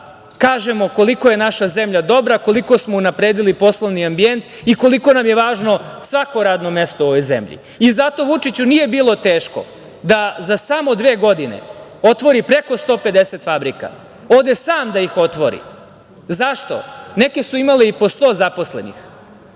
kažemo koliko je naša zemlja dobra, koliko smo unapredili poslovni ambijent i koliko nam je važno svako radno mesto u ovoj zemlji. Vučiću nije bilo teško da za samo dve godine otvori preko 150 fabrika. Ode sam da ih otvori. Zašto? Neke su imale i po 100 zaposlenih.